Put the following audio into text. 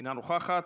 אינה נוכחת.